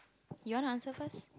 you wanna answer first